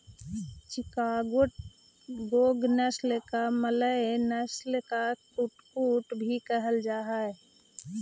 चिटागोंग नस्ल को मलय नस्ल का कुक्कुट भी कहल जा हाई